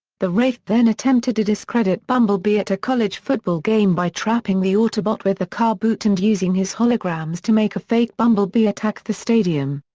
the wraith then attempted to discredit bumblebee at a college football game by trapping the autobot with a car boot and using his holograms to make a fake bumblebee attack the stadium.